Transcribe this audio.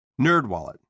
NerdWallet